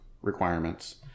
requirements